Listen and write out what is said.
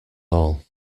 all